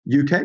UK